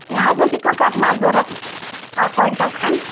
مےٚ حظ اوس یِتھ کَنۍ کَٹہٕ ماز ضوٚرَتھ اَکھ کویِنٛٹل کھنٛڈ